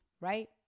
right